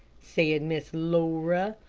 said miss laura.